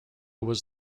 was